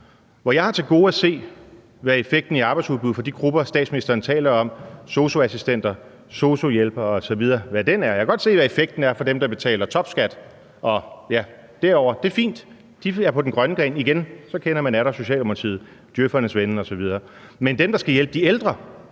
har jeg til gode at se, hvad effekten på arbejdsudbuddet for de grupper, statsministeren taler om, sosu-assistenter, sosu-hjælpere osv., er. Jeg kan godt se, hvad effekten er for dem, der betaler topskat og derover – det er fint, de er på den grønne gren igen, og så kender man atter Socialdemokratiet, djøf'ernes ven osv. – men forbedringen for dem, der skal hjælpe de ældre,